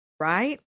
right